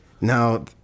Now